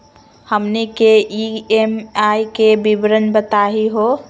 हमनी के ई.एम.आई के विवरण बताही हो?